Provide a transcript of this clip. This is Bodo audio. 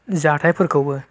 जाथाइफोरखौबो